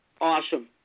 awesome